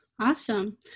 Awesome